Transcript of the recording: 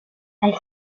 elle